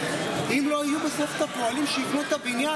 אם לא יהיו בסוף הפועלים שיבנו את הבניין,